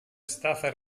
stata